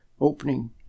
opening